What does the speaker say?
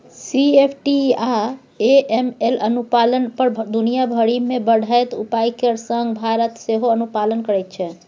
CFT आ AML अनुपालन पर दुनिया भरि मे बढ़ैत उपाय केर संग भारत सेहो अनुपालन करैत छै